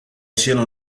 sille